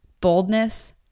Boldness